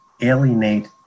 alienate